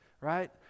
right